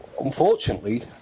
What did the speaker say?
unfortunately